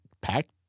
packed